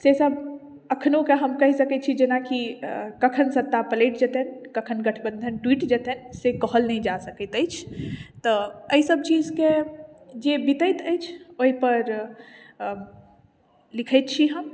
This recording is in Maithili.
से सब अखनो के हम कहि सकै छी जेनाकि कखन सत्ता पलटि जेतनि गठबंधन टूटि जेतनि से कहल नहि जा सकैत अछि तऽ एहि सब चीज के जे बीतैत अछि ओहि पर लिखै छी हम